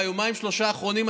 ביומיים-שלושה האחרונים,